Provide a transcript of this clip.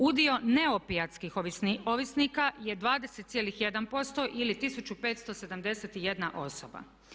Udio neopijatskih ovisnika je 20,1% ili 1571 osoba.